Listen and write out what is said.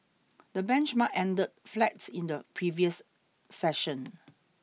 the benchmark ended flat in the previous session